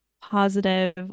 positive